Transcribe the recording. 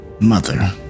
Mother